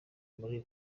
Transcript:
muri